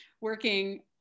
working